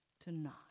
Tonight